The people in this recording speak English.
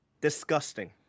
Disgusting